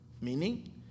Meaning